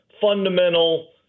fundamental